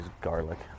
garlic